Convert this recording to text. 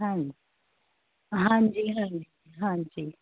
ਹਾਂਜੀ ਹਾਂਜੀ ਹਾਂਜੀ ਹਾਂਜੀ